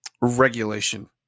regulation